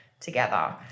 together